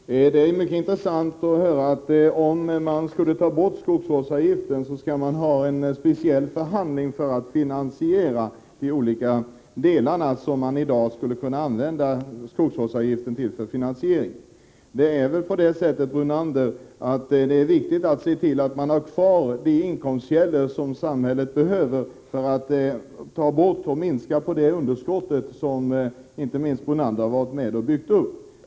Herr talman! Det är mycket intressant att höra, att om vi skulle ta bort skogsvårdsavgiften, skulle vi ha speciella förhandlingar beträffande finansieringen av de olika delar som vi i dag skulle kunna använda skogsvårdsavgiften till. Men, Lennart Brunander, det är viktigt att ha kvar de inkomstkällor som samhället behöver för att minska det underskott som inte minst Lennart Brunander varit med om att bygga upp.